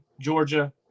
Georgia